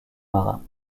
marin